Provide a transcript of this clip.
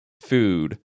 food